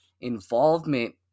involvement